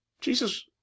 Jesus